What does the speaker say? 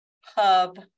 hub